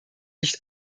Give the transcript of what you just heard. nicht